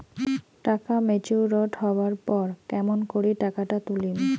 টাকা ম্যাচিওরড হবার পর কেমন করি টাকাটা তুলিম?